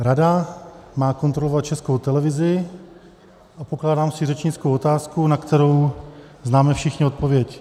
Rada má kontrolovat Českou televizi a pokládám si řečnickou otázku, na kterou známe všichni odpověď.